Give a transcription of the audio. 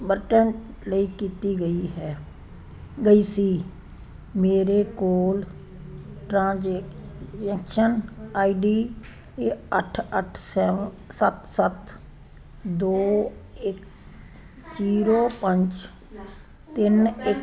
Barnett ਲਈ ਕੀਤੀ ਗਈ ਸੀ ਮੇਰੇ ਕੋਲ ਟ੍ਰਾਂਜੈਕਸ਼ਨ ਆਈ ਡੀ ਅੱਠ ਅੱਠ ਸੱਤ ਸੱਤ ਦੋ ਇੱਕ ਜ਼ੀਰੋ ਪੰਜ ਤਿੰਨ ਇੱਕ